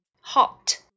Hot